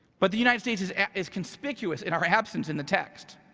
but the united states is is conspicuous in our absence in the text.